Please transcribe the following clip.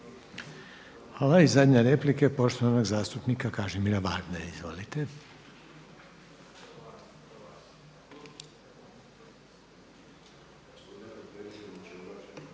Hvala. I zadnja replika je poštovanog zastupnika Kažimira Varda. **Varda,